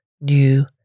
new